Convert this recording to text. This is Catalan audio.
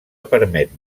permet